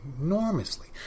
enormously